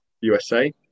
USA